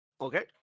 Okay